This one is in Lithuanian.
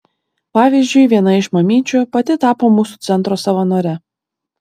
pavyzdžiui viena iš mamyčių pati tapo mūsų centro savanore